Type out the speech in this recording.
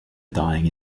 dying